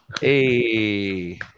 Hey